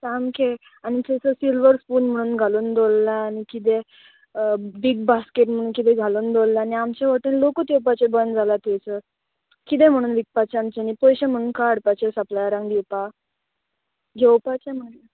सामकें आनी थंयसर सिल्वर स्पून म्हणून घालून दवरलां आनी किदें बीग बास्केट म्हणून किदें घालून दवरला आनी आमचें हॉटेल लोकूत येवपाचें बंद जालां थंयसर किदें म्हणून विकपाचें आमच्यांनी पयशे म्हणून खंय हाडपाचे सप्लायरांक दिवपाक घेवपाचें म्हण